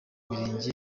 imirenge